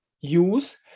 use